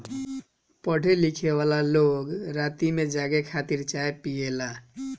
पढ़े लिखेवाला लोग राती में जागे खातिर चाय पियेला